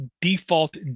default